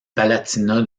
palatinat